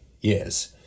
years